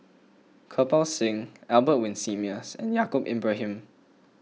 Kirpal Singh Albert Winsemius and Yaacob Ibrahim